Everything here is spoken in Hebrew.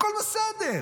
הכול בסדר.